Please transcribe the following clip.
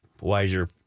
wiser